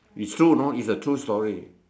it's true you know it's a true story